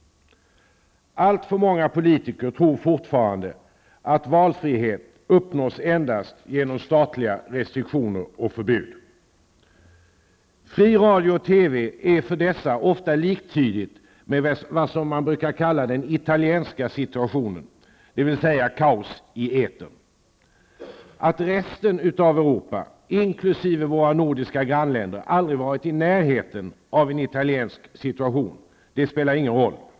Alltför många politiker tror fortfarande att valfrihet uppnås endast genom statliga restriktioner och förbud. Fri radio och TV är för dessa ofta liktydigt med vad som kallas den ''italienska situationen'', dvs. kaos i etern. Att resten av Europa, inkl. våra nordiska grannländer, aldrig varit i närheten av en ''italiensk situation'' spelar ingen roll.